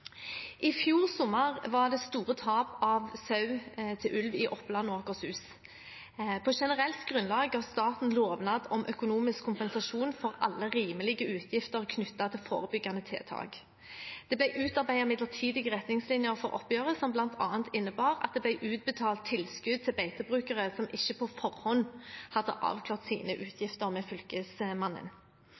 I fjor sommer var det store tap av sau til ulv i Oppland og Akershus. På generelt grunnlag ga staten lovnad om økonomisk kompensasjon for alle rimelige utgifter knyttet til forebyggende tiltak. Det ble utarbeidet midlertidige retningslinjer for oppgjøret som bl.a. innebar at det ble utbetalt tilskudd til beitebrukere som ikke på forhånd hadde avklart sine utgifter med Fylkesmannen.